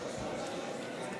בבקשה.